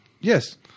yes